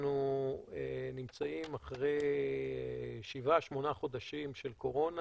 אנחנו נמצאים אחרי שבעה-שמונה חודשים של קורונה,